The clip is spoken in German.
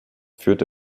führt